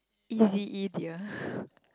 is it easier